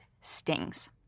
stings